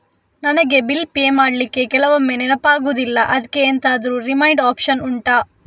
ನನಗೆ bill pay ಮಾಡ್ಲಿಕ್ಕೆ ಕೆಲವೊಮ್ಮೆ ನೆನಪಾಗುದಿಲ್ಲ ಅದ್ಕೆ ಎಂತಾದ್ರೂ ರಿಮೈಂಡ್ ಒಪ್ಶನ್ ಉಂಟಾ